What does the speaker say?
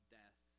death